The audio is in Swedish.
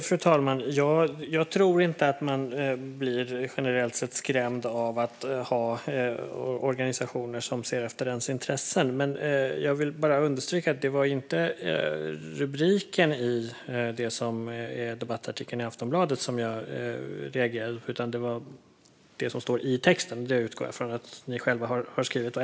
Fru talman! Jag tror inte att man generellt sett blir skrämd av organisationer som ser till ens intressen. Men jag vill understryka att det inte var debattartikelns rubrik i Aftonbladet som jag reagerade på, utan det var det som stod i texten. Jag utgår från att ni själva har skrivit den.